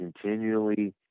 continually